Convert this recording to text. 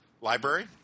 library